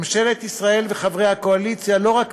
ממשלת ישראל וחברי הקואליציה לא רק